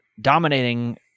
dominating